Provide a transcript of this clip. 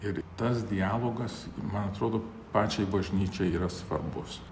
ir tas dialogas man atrodo pačiai bažnyčiai yra svarbus